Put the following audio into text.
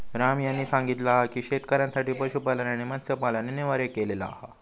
राम यांनी सांगितला हा की शेतकऱ्यांसाठी पशुपालन आणि मत्स्यपालन अनिवार्य केलेला हा